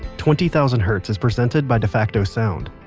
twenty thousand hertz is presented by defacto sound.